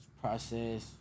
process